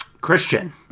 Christian